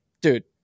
Dude